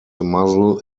muzzle